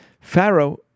Pharaoh